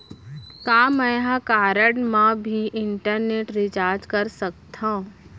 का मैं ह कारड मा भी इंटरनेट रिचार्ज कर सकथो